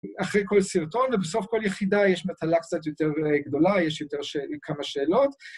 אחרי כל סרטון ובסוף כל יחידה יש מטלה קצת יותר גדולה, יש יותר, כמה שאלות.